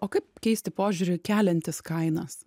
o kaip keisti požiūrį keliantis kainas